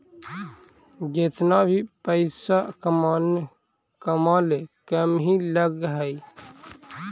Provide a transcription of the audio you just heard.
जेतना भी पइसा कमाले कम ही लग हई